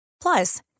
Plus